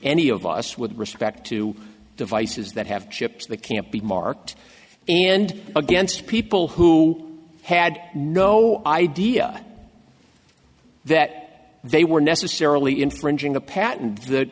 any of us with respect to devices that have chips that can't be marked and against people who had no idea that they were necessarily infringing a patent th